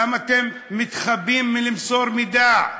למה אתם מתחבאים מפני מסירת מידע?